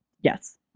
Yes